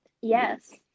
Yes